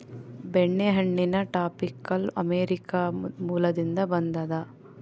ಬೆಣ್ಣೆಹಣ್ಣಿನ tropical America ಮೂಲದಿಂದ ಬಂದದ